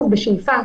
שוב בשאיפה,